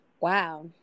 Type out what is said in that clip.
Wow